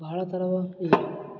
ಭಾಳ ಥರ ಇದೆ